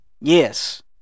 Yes